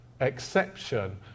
exception